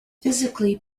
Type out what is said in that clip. physically